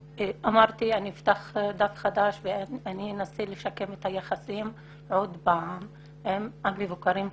אמרתי שאני אפתח דף חדש ואני אנסה לשקם את היחסים עם המבוקרים שלי.